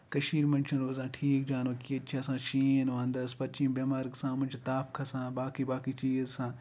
کٔشیٖر منٛز چھُنہٕ روزان ٹھیٖک جانور کیٚنہہ ییٚتہِ چھِ آسان شیٖن وَندَس پَتہٕ چھِ یِم بیمارِ گژھان یِمن چھُ تَپھ کھسان باقٕے باقٕے چیٖز گژھان